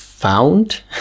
Found